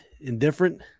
indifferent